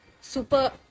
super